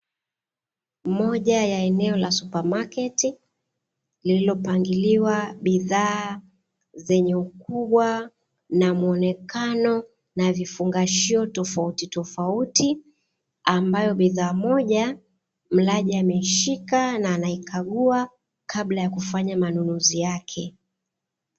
Moja ya eneo la supamaketi lililopangiliwa bidhaa zenye ukubwa na muonekano na vifungashio tofautitofauti, ambayo bidhaa moja mlaji ameishika na anaikagua kabla ya kufanya manunuzi yake.